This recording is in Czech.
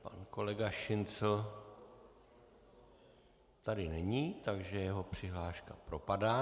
Pan kolega Šincl tady není, takže jeho přihláška propadá.